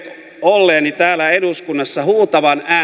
olleeni täällä eduskunnassa huutavan ääni